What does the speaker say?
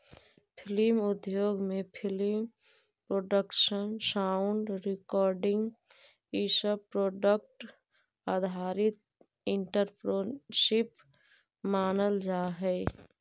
film उद्योग में film production sound recording इ सब प्रोजेक्ट आधारित एंटरप्रेन्योरशिप मानल जा हई